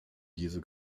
jesu